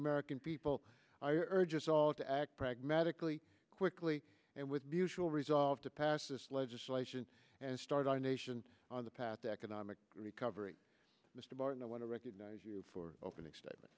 american people i urge us all to act pragmatically quickly and with the usual resolve to pass this legislation and start our nation on the path to economic recovery mr barton i want to recognize you for opening statement